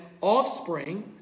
offspring